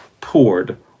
poured